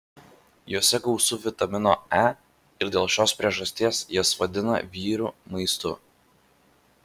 jose gausu vitamino e ir dėl šios priežasties jas vadina vyrų maistu